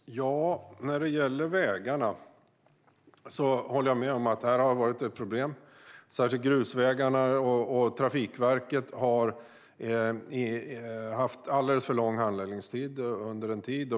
Herr talman! När det gäller vägarna håller jag med om att detta har varit ett problem, särskilt för grusvägarna, och Trafikverket har haft alldeles för lång handläggningstid under en tid.